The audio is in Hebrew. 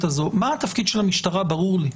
הזו מה התפקיד של המשטרה ברור לי.